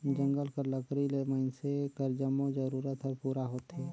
जंगल कर लकरी ले मइनसे कर जम्मो जरूरत हर पूरा होथे